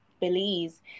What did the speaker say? Belize